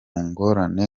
ngorane